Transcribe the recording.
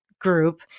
group